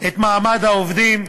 את מעמד העובדים,